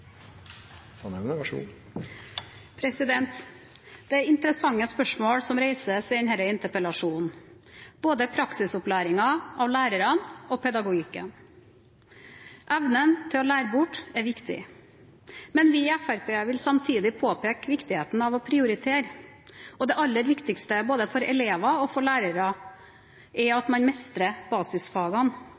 interessante spørsmål som reises i denne interpellasjonen. Både praksisopplæringen av lærerne og pedagogikken, evnen til å lære bort, er viktig. Men vi Fremskrittspartiet vil samtidig påpeke viktigheten av å prioritere. Og det aller viktigste både for elever og for lærere er at man mestrer basisfagene.